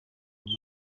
muri